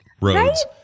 roads